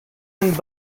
and